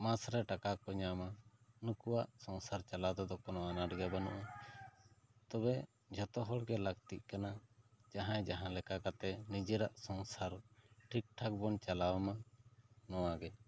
ᱢᱟᱥ ᱨᱮ ᱴᱟᱠᱟ ᱠᱚ ᱧᱟᱢᱟ ᱱᱩᱠᱩᱣᱟᱜ ᱥᱟᱝᱥᱟᱨ ᱪᱟᱞᱟᱣ ᱨᱮ ᱠᱚᱱᱚ ᱟᱱᱟᱴ ᱜᱮ ᱵᱟᱹᱱᱩᱜᱼᱟ ᱛᱚᱵᱮ ᱡᱚᱛᱚ ᱦᱚᱲ ᱜᱮ ᱞᱟᱹᱠᱛᱤᱜ ᱠᱟᱱᱟ ᱡᱟᱦᱟᱸᱭ ᱡᱟᱦᱟᱸ ᱞᱮᱠᱟ ᱠᱟᱛᱮᱜ ᱱᱤᱡᱮᱨᱟᱜ ᱥᱚᱝᱥᱟᱨ ᱴᱷᱤᱠ ᱴᱷᱟᱠ ᱵᱚᱱ ᱪᱟᱞᱟᱣ ᱢᱟ ᱱᱚᱣᱟ ᱜᱮ